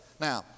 Now